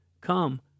come